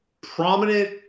prominent